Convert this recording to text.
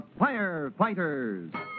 Firefighters